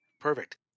Perfect